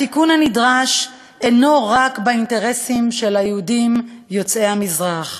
התיקון הנדרש אינו רק האינטרס של היהודים יוצאי המזרח,